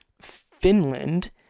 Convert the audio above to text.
Finland